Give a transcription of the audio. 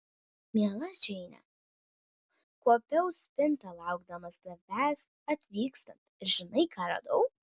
miela džeine kuopiau spintą laukdamas tavęs atvykstant ir žinai ką radau